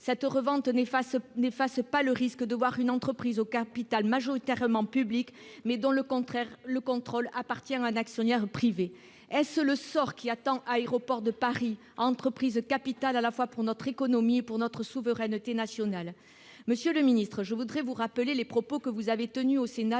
Cette revente n'efface pas le risque de voir une entreprise au capital majoritairement public, mais dont le contrôle est assuré par un actionnaire privé. Est-ce le sort qui attend Aéroports de Paris, entreprise capitale à la fois pour notre économie et pour notre souveraineté nationale ? Monsieur le ministre, je voudrais vous rappeler les propos que vous avez tenus au Sénat